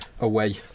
away